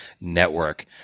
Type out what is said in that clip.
Network